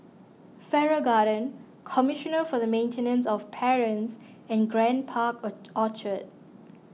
Farrer Garden Commissioner for the Maintenance of Parents and Grand Park Orchard